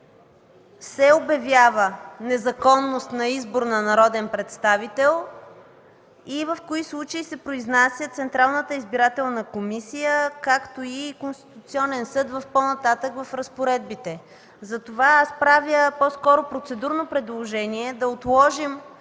се обявява незаконност на избор на народен представител и в кои случаи се произнася Централната избирателна комисия, както и Конституционен съд по-нататък в разпоредбите. Затова правя по-скоро процедурно предложение – да отложим